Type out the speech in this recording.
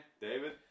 David